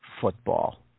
football